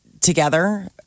together